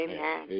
Amen